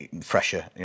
fresher